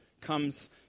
comes